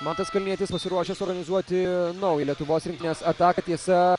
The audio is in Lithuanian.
mantas kalnietis pasiruošęs organizuoti naują lietuvos rinktinės ataką tiesa